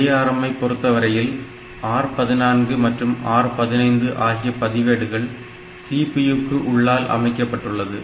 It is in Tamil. ARM ஐ பொறுத்தவரையில் R 14 மற்றும் R 15 ஆகிய பதிவேடுகள் CPU க்கு உள்ளால் அமைக்கப்பட்டுள்ளது